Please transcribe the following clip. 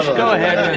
go ahead